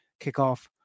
kickoff